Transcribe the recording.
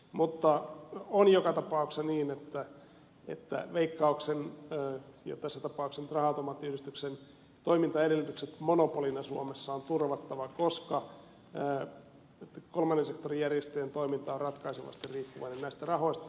mutta on joka tapauksessa niin että veikkauksen ja tässä tapauksessa nyt raha automaattiyhdistyksen toimintaedellytykset monopolina suomessa on turvattava koska kolmannen sektorin järjestöjen toiminta on ratkaisevasti riippuvainen näistä rahoista